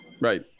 Right